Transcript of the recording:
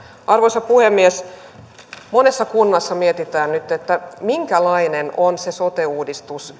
arvoisa puhemies monessa kunnassa mietitään nyt minkälainen on se sote uudistus